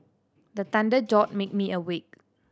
the thunder jolt make me awake